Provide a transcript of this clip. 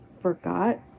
forgot